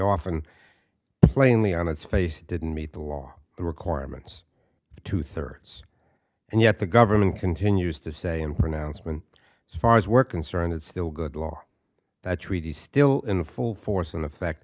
often plainly on its face it didn't meet the law the requirements the two thirds and yet the government continues to say and pronouncement as far as we're concerned it's still good law that treaty still in full force and effect